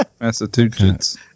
Massachusetts